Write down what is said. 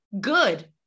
Good